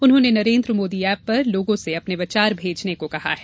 उन्होंने नरेन्द्र मोदी ऐप पर लोगों से अपने विचार भेजने को कहा है